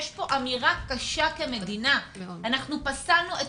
יש פה אמירה קשה כמדינה: אנחנו פסלנו את